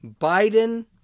Biden